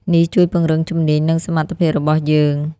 នេះជួយពង្រឹងជំនាញ និងសមត្ថភាពរបស់យើង។